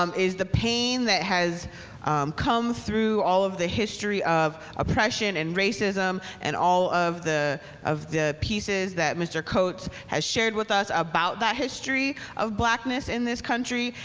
um the pain that has come through all of the history of oppression and racism and all of the of the pieces that mr. coates has shared with us about that history of blackness in this country.